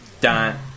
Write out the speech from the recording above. dun